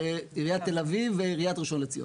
עיריית תל אביב ועיריית ראשון לציון.